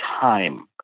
time